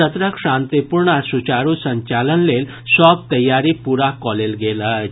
सत्रक शांतिपूर्ण आ सुचारू संचालन लेल सभ तैयारी पूरा कऽ लेल गेल अछि